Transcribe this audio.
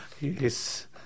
Yes